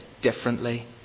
differently